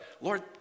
Lord